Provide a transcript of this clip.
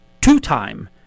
two-time